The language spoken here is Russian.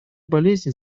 болезни